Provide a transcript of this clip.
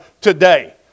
today